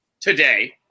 today